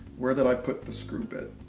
where did i put the screw bit?